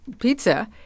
pizza